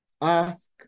Ask